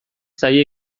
zaie